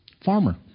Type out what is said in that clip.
Farmer